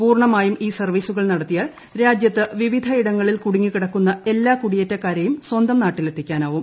പൂർണമായും ഈ സർവീസുകൾ നടത്തിയാൽ രാജ്യത്ത് വിവിധയിടങ്ങളിൽ കുടുങ്ങിക്കിടക്കുന്ന എല്ലാ കുടിയേറ്റക്കാരെയും സ്വന്തം നാട്ടിൽ എത്തിക്കാനാവും